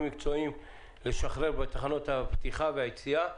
המקצועיים לשחרר בתחנות הפתיחה והיציאה,